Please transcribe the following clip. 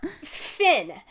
Finn